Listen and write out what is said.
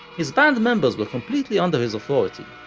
his band members were completely under his authority,